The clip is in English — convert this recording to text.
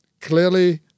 Clearly